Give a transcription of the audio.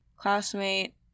classmate